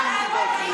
הם לא יעזבו אותך.